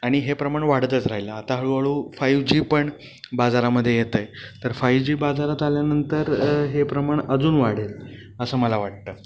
आणि हे प्रमाण वाढतच राहिलं आता हळूहळू फायू जी पण बाजारामध्ये येतं आहे तर फायू जी बाजारात आल्यानंतर हे प्रमाण अजून वाढेल असं मला वाटतं